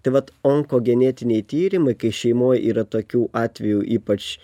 tai vat onkogenetiniai tyrimai kai šeimoj yra tokių atvejų ypač